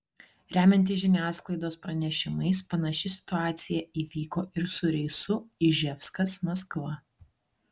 remiantis žiniasklaidos pranešimais panaši situacija įvyko ir su reisu iževskas maskva